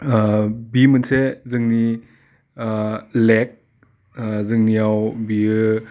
बि मोनसे जोंनि लेक जोंनियाव बियो